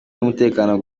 z’umutekano